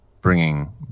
bringing